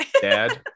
Dad